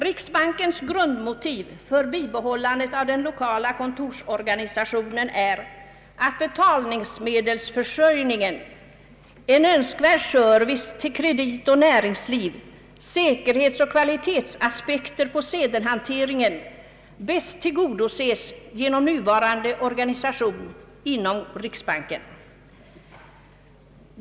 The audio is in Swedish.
Riksbankens grundmotiv för bibehållandet av den lokala kontorsorganisationen är att betalningsmedelsförsörjningen, en önskvärd service till kreditoch näringsliv, samt säkerhetsoch kvalitetsaspekter på sedelhanteringen bäst tillgodoses genom nuvarande organisation inom riksbanken.